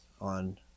on